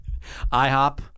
IHOP